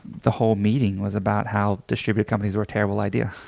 the whole meeting was about how distributed companies were a terrible idea.